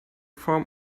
form